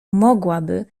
mogłaby